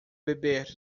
beber